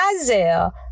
Isaiah